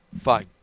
Fine